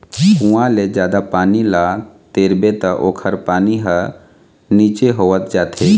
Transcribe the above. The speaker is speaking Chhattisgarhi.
कुँआ ले जादा पानी ल तिरबे त ओखर पानी ह नीचे होवत जाथे